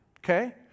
Okay